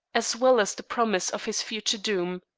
as well as the promise of his future doom.